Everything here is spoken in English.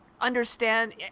Understand